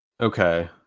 Okay